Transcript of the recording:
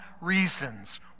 reasons